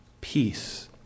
peace